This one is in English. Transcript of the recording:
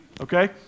okay